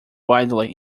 wildly